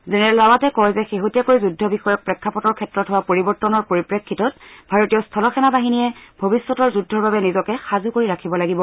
general ৰাৱাটে কয় যে শেহতীয়াকৈ যুদ্ধ বিষয়ক প্ৰেক্ষাপটৰ ক্ষেত্ৰত হোৱা পৰিৱৰ্তনৰ পৰিপ্ৰেক্ষিতত ভাৰতীয় স্থলসেনা বাহিনীয়ে ভৱিষ্যতৰ যুদ্ধৰ বাবে নিজকে সাজু কৰি ৰাখিব লাগিব